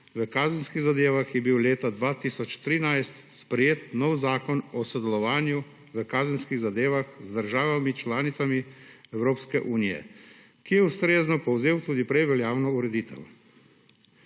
v kazenskih zadevah je bil leta 2013 sprejet nov Zakon o sodelovanju v kazenskih zadevah z državami članicami Evropske unije, ki je ustrezno povzel tudi prej veljavno ureditev.